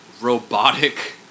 robotic